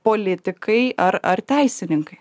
politikai ar ar teisininkai